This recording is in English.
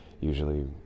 usually